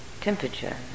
temperature